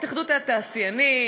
התאחדות התעשיינים,